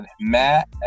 Matt